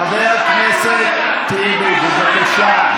חבר הכנסת טיבי, בבקשה.